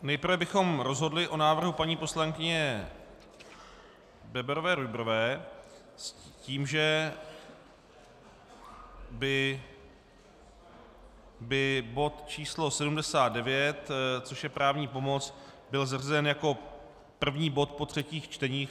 Nejprve bychom rozhodli o návrhu paní poslankyně Bebarové Rujbrové s tím, že by bod č. 79, což je právní pomoc, byl zařazen jako první bod po třetích čteních.